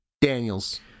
Daniels